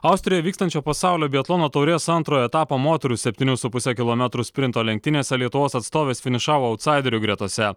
austrijoj vykstančio pasaulio biatlono taurės antrojo etapo moterų septynių su puse kilometrų sprinto lenktynėse lietuvos atstovės finišavo autsaiderių gretose